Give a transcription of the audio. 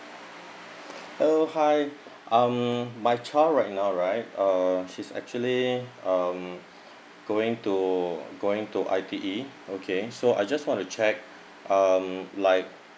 hello hi um my child right now right uh she's actually um going to going to I_T_E okay so I just want to check um like